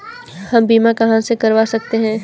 हम बीमा कहां से करवा सकते हैं?